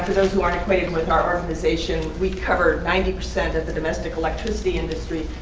those who aren't acquainted with our organization, we cover ninety percent of the domestic electricity industry,